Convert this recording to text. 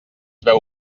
veu